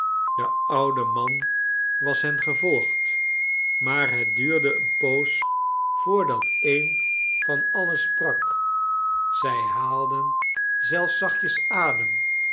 de oude man was hen gevolgd maar het duurde eene poos voordat een van alien sprak zij haalden zelfs zachtjes adem